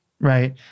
right